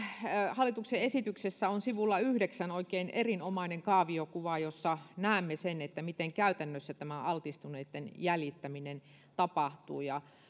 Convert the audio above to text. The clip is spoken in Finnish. hallituksen esityksessä on sivulla yhdeksän oikein erinomainen kaaviokuva josta näemme sen miten tämä altistuneitten jäljittäminen käytännössä tapahtuu ja